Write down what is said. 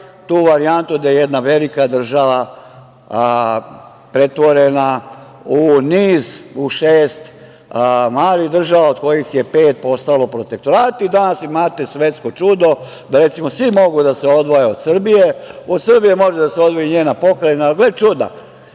tu varijantu gde je jedna velika država pretvorena u niz, u šest malih država, od kojih je pet postalo protektorati. Danas imate svetsko čudo da, recimo, svi mogu da se odvoje od Srbije, od Srbije može da se odvoji i njena pokrajina. Ali, gle čuda,